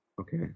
Okay